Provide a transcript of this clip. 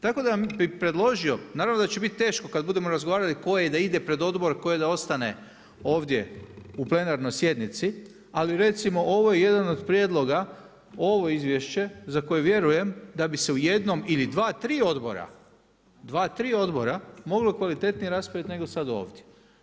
Tako da bih predložio, naravno da će biti teško kada budemo razgovarali tko je da ide pred odbor, tko je da ostane ovdje u plenarnoj sjednici ali recimo ovo je jedan od prijedloga, ovo izvješće za koje vjerujem da bi se u jednom ili dva, tri odbora, dva, tri odbora moglo kvalitetnije raspraviti nego sada ovdje.